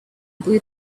blew